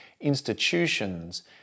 institutions